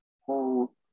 whole